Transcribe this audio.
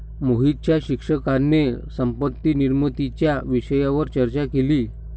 मोहितच्या शिक्षकाने संपत्ती निर्मितीच्या विषयावर चर्चा केली